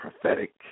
prophetic